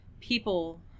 people